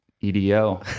EDO